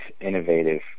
innovative